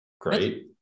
great